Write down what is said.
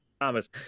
Thomas